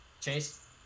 Chase